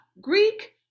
Greek